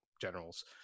generals